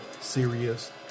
serious